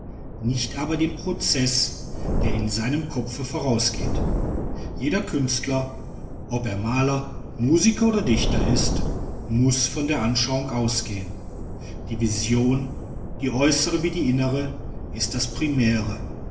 nicht aber den prozeß der in seinem kopfe vorausgeht jeder künstler ob er maler musiker oder dichter ist muß von der anschauung ausgehen die vision die äußere wie die innere ist das primäre